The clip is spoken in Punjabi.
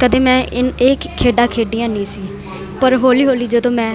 ਕਦੇ ਮੈਂ ਇਹ ਇਹ ਖੇ ਖੇਡਾਂ ਖੇਡੀਆਂ ਨਹੀਂ ਸੀ ਪਰ ਹੌਲੀ ਹੌਲੀ ਜਦੋਂ ਮੈਂ